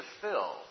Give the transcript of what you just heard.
fill